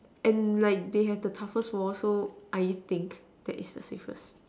and like they have the toughest wall so I think that's the safest